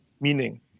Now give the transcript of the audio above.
meaning